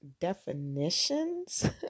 definitions